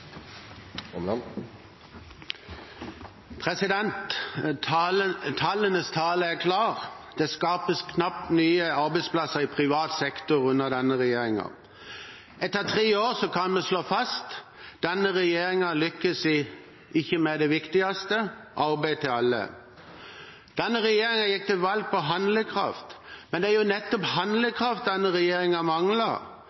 i framtida. Tallenes tale er klar. Det skapes knapt nye arbeidsplasser i privat sektor under denne regjeringen. Etter tre år kan vi slå fast at denne regjeringen ikke lykkes med det viktigste: arbeid til alle. Denne regjeringen gikk til valg på handlekraft, men det er nettopp